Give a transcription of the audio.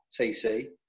TC